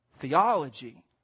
theology